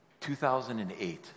2008